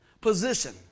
position